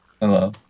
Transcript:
Hello